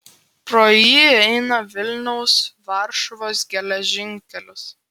pro jį eina vilniaus varšuvos geležinkelis